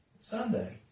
Sunday